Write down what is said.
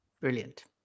brilliant